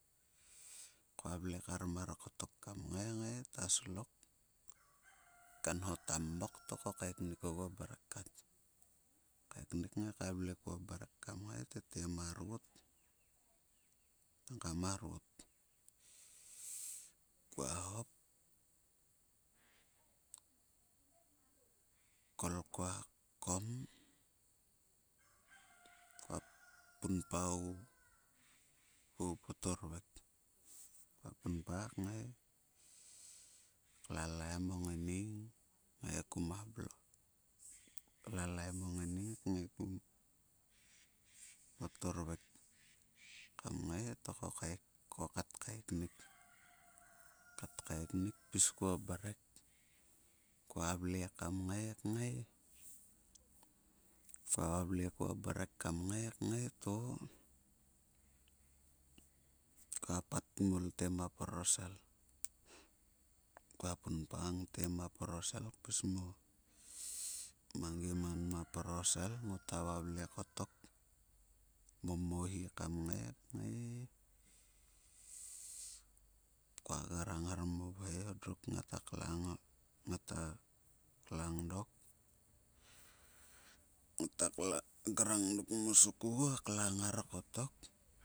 Kua vle kar mar ko kngai ngai ta slok a kenho mok to ko kaeknuk oguo mrek kat. Kaeknuk ngai ka vle kuo mrek, tete marot, nanga marot kua hop kol kua kom kua punpa ogu poturvik. Punpa ngai lalaim o ngaining ngaiku ma block. Lam o ngaining ngaiki mo turvik ngai to ko kat kaiknik. Ko kaiknik pis kuo mrek kua vle kam ngai kngai. Kua vavle kua mrek kam ngai kngai to kua pat kmol te ma prorosel. Kua punpa te ma prorosel pis mongi man ma proroselngota momohi kam ngai kngai kua grang ngar mo vhoi ngata klang dok. Ngata grang dok mo msok kua klnag ngar.